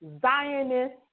Zionist